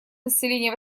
населения